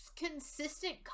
consistent